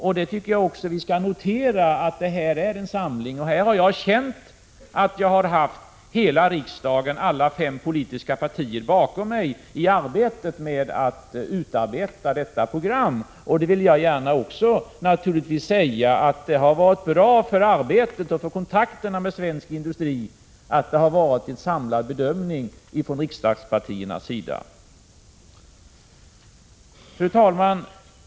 Jag tycker också vi skall notera att det härvidlag är fråga om en samling. Jag har känt att jag haft alla de fem politiska partierna i riksdagen bakom mig i arbetet med att utforma detta program. Det har varit bra för arbetet och för kontakterna med svensk industri att det gjorts en samlad bedömning från riksdagspartiernas sida. Fru talman!